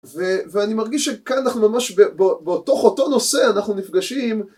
ואני מרגיש שכאן אנחנו ממש בתוך אותו נושא אנחנו נפגשים.